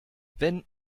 wenn